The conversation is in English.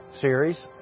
series